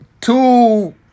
Two